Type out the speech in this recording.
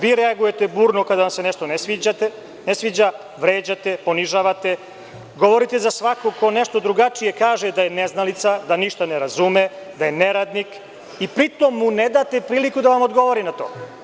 Vi reagujete burno kada vam se nešto ne sviđa, vređate, ponižavate, govorite za svakog ko nešto drugačije kaže da je neznalica, da ništa ne razume, da je neradnik i pri tom mu ne date priliku da vam odgovori na to.